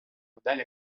модель